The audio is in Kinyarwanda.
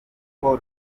uko